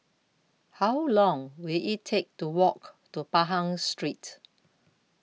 How Long Will IT Take to Walk to Pahang Street